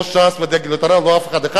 לא ש"ס ודגל התורה ואף אחד.